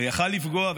והוא יכול היה לפגוע.